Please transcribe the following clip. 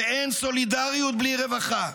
ואין סולידריות בלי רווחה.